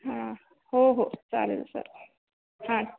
हां हो हो चालेल सर हां